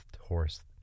horse